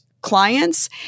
clients